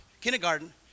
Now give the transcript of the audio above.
kindergarten